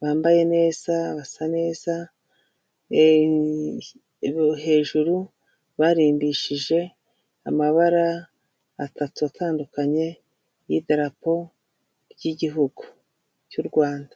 bambaye neza, basa neza, hejuru barimbishije amabara atatu atandukanye, y'idarapo ry'igihugu cy'u Rwanda.